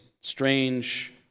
strange